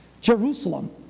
Jerusalem